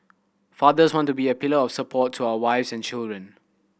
fathers want to be a pillar of support to our wives and children